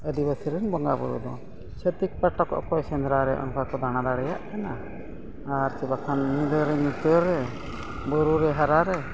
ᱟᱹᱫᱤᱵᱟᱹᱥᱤ ᱨᱮᱱ ᱵᱚᱸᱜᱟᱼᱵᱩᱨᱩ ᱫᱚ ᱪᱷᱟᱹᱛᱤᱠ ᱯᱟᱦᱴᱟ ᱨᱮ ᱚᱠᱚᱭ ᱥᱮᱸᱫᱽᱨᱟ ᱨᱮ ᱚᱱᱠᱟ ᱠᱚ ᱫᱟᱬᱟ ᱫᱟᱲᱮᱭᱟᱜ ᱠᱟᱱᱟ ᱟᱨ ᱥᱮ ᱵᱟᱠᱷᱟᱱ ᱧᱤᱫᱟᱹᱨᱮ ᱧᱩᱛᱟᱹᱨᱮ ᱵᱩᱨᱩᱨᱮ ᱦᱟᱨᱟᱨᱮ